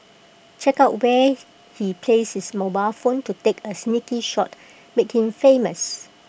check out where he placed his mobile phone to take A sneaky shot make him famous